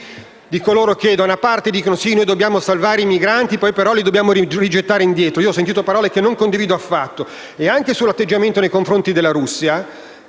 di coloro che da una parte dicono che, sì, dobbiamo salvare i migranti, poi però li dobbiamo rimandare indietro. Ho ascoltato parole che non condivido affatto. E anche sull'atteggiamento nei confronti della Russia,